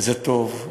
וזה טוב.